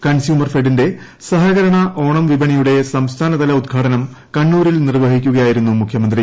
consumer ഫെഡിന്റെ സഹകരണ ഓണം വിപണിയുടെ സംസ്ഥാന തല ഉദ്ഘാടനം കണ്ണൂരിൽ നിർവ്വഹിക്കുകയായിരുന്ന മുഖ്യമന്ത്രി